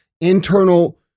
internal